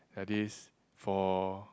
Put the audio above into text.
at least for